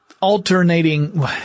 alternating